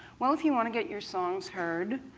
well, if you want to get your songs heard,